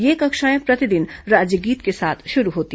ये कक्षाएं प्रतिदिन राज्यगीत के साथ शुरू होती है